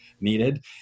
needed